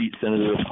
Senator